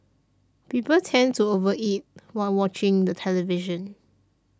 people tend to over eat while watching the television